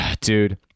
Dude